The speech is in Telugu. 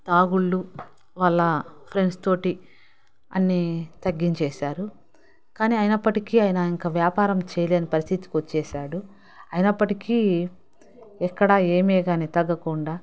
తాగుళ్ళు వాళ్ళ ఫ్రెండ్స్ తోటి అన్ని తగ్గించేశారు కాని అయినప్పటికీ ఆయన ఇంక వ్యాపారం చేయలేని పరిస్థితికి వచ్చేశాడు అయినప్పటికీ ఎక్కడ ఏమే కాని తగ్గకుండా